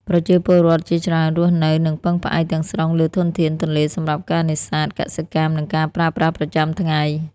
ប្រជាពលរដ្ឋជាច្រើនរស់នៅ និងពឹងផ្អែកទាំងស្រុងលើធនធានទន្លេសម្រាប់ការនេសាទ កសិកម្ម និងការប្រើប្រាស់ប្រចាំថ្ងៃ។